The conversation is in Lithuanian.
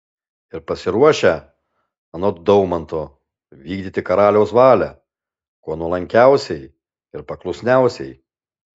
ir pasiruošę anot daumanto vykdyti karaliaus valią kuo nuolankiausiai ir paklusniausiai